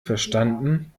verstanden